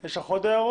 יש לך עוד הערות?